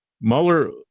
Mueller